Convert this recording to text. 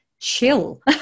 chill